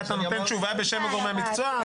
מה, אתה נותן תשובה בשם גורמי המקצוע?